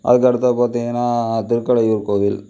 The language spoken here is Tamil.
அதுக்கு அடுத்தது பார்த்திங்கன்னா திருக்கடையூர் கோவில்